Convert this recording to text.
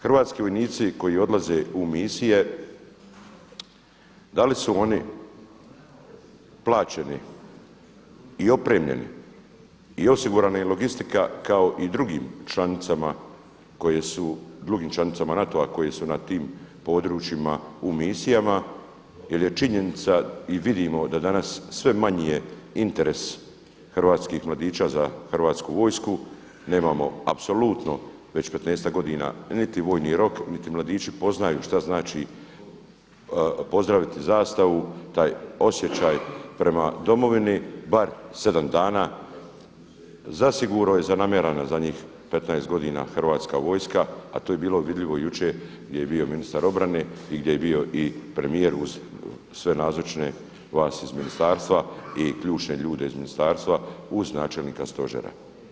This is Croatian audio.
Hrvatski vojnici koji odlaze u misije da li su oni plaćeni i opremljeni i osigurana i logistika kao i drugim članicama koje su, drugim članicama NATO-a koje su na tim područjima u misijama jer je činjenica i vidimo da je danas sve manji interes hrvatskih mladića za Hrvatsku vojsku, nemamo apsolutno već 15-ak godina niti vojni rok niti mladići poznaju šta znači pozdraviti zastavu, taj osjećaj prema domovini, bar 7 dana zasigurno je zanemarena zadnjih 15 godina Hrvatska vojska a to je bilo vidljivo jučer gdje je bio ministar obrane i gdje je bio i premijer uz sve nazočne vlasti iz ministarstva i ključne ljude iz ministarstva uz načelnika stožera.